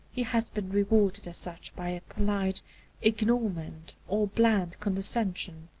he has been rewarded as such by a polite ignorement or bland condescension.